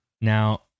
Now